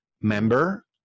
member